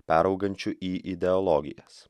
peraugančių į ideologijas